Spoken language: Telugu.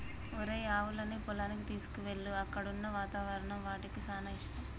ఒరేయ్ ఆవులన్నీ పొలానికి తీసుకువెళ్ళు అక్కడున్న వాతావరణం వాటికి సానా ఇష్టం